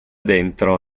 dentro